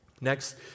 Next